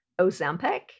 Ozempic